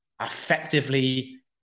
effectively